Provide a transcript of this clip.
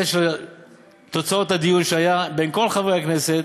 של תוצאות הדיון שהיה בין כל חברי הכנסת,